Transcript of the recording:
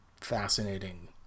fascinating